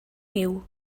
niu